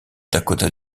dakota